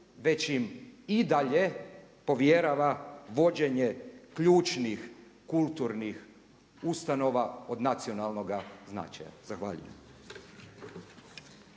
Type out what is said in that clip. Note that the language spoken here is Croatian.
već im i dalje povjerava vođenje ključnih, kulturnih ustanova od nacionalnoga značaja. Zahvaljujem.